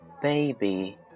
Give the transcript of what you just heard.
Baby